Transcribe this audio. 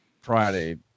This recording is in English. Friday